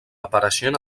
apareixent